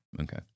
Okay